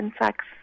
insects